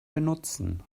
benutzen